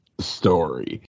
story